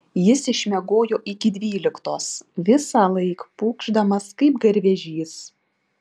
jis išmiegojo iki dvyliktos visąlaik pūkšdamas kaip garvežys